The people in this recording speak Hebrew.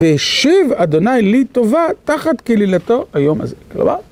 והשיב אדוניי, לי טובה, תחת כלילתו היום הזה.